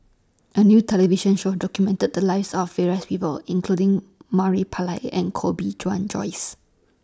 A New television Show documented The Lives of various People including Murali Pillai and Koh Bee Tuan Joyce